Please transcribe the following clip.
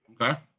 Okay